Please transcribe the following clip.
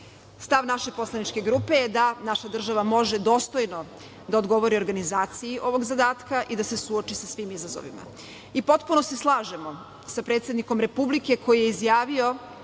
naše poslaničke grupe je da naša država može dostojno da odgovori organizaciji ovog zadatka i da se suoči sa svim izazovima. I, potpuno se slažemo sa predsednikom Republike koji je izjavio